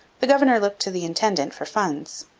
the governor looked to the intendant for funds,